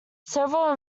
several